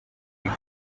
week